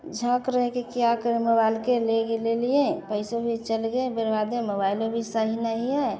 झाँक रहे कि क्या करे मुबाइल के लेगे ले लिए पैसों भी चल गे बर्बादय मुबाइलो भी सही नहीं है